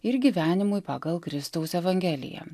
ir gyvenimui pagal kristaus evangeliją